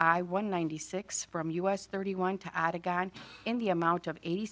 i one ninety six from us thirty one to add a gun in the amount of eighty